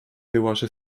wyłażę